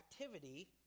activity